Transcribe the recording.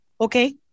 Okay